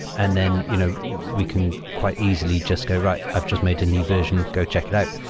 and then you know we can quite easily just go, right. i've just made a new version. go check it out,